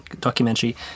documentary